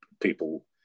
people